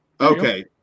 Okay